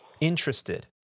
interested